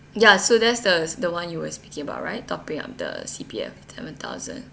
ya so there's the the one you were speaking about right topping up the C_P_F seven thousand